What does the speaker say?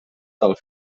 tal